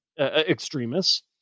extremists